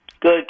Good